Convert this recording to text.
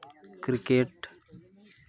cricket